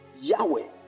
Yahweh